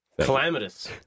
Calamitous